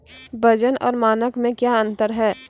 वजन और मानक मे क्या अंतर हैं?